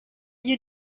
you